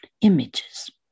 images